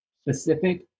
specific